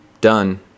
done